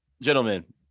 gentlemen